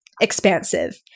expansive